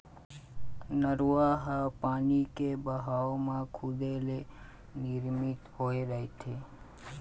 नरूवा ह पानी के बहाव म खुदे ले निरमित होए रहिथे